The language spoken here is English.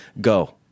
go